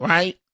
Right